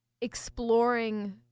exploring